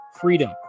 freedom